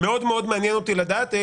מאוד מעניין אותי לדעת.